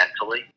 mentally